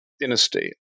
dynasty